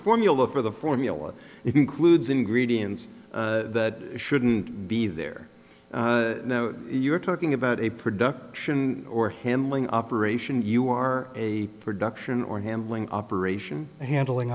formula for the formula you concludes ingredients that shouldn't be there no you're talking about a production or handling operation you are a production or handling operation handling